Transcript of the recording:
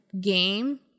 game